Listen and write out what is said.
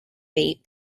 bait